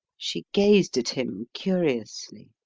she gazed at him curiously.